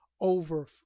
over